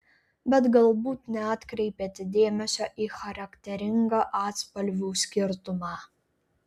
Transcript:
bet galbūt neatkreipėte dėmesio į charakteringą atspalvių skirtumą